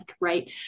right